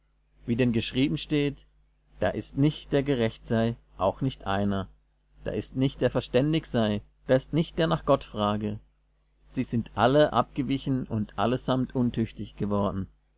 wie denn geschrieben steht da ist nicht der gerecht sei auch nicht einer da ist nicht der verständig sei da ist nicht der nach gott frage sie sind alle abgewichen und allesamt untüchtig geworden